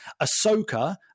Ahsoka